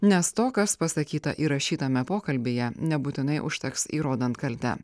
nes to kas pasakyta įrašytame pokalbyje nebūtinai užteks įrodant kaltę